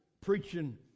preaching